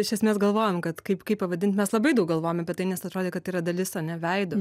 iš esmės galvojom kad kaip kaip pavadint mes labai daug galvojom apie tai nes atrodė kad tai yra dalis ane veido